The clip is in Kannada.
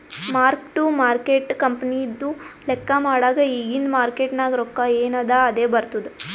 ಮಾರ್ಕ್ ಟು ಮಾರ್ಕೇಟ್ ಕಂಪನಿದು ಲೆಕ್ಕಾ ಮಾಡಾಗ್ ಇಗಿಂದ್ ಮಾರ್ಕೇಟ್ ನಾಗ್ ರೊಕ್ಕಾ ಎನ್ ಅದಾ ಅದೇ ಬರ್ತುದ್